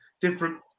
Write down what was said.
different